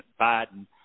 Biden